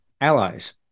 allies